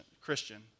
Christian